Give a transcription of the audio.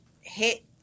Hit